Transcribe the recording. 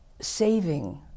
saving